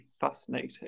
fascinating